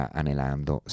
anelando